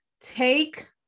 take